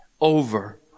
over